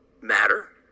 matter